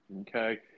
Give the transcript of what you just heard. Okay